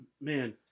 Man